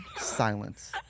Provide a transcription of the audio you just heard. Silence